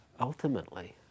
ultimately